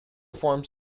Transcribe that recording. forms